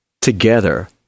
together